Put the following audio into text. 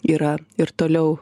yra ir toliau